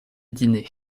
dîner